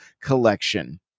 collection